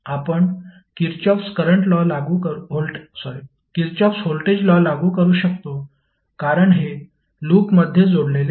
आपण Kirchhoff voltage law लागू करू शकतो कारण हे लूपमध्ये जोडलेले आहे